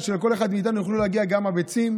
שלכל אחד מאיתנו יוכלו להגיע גם הביצים,